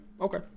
okay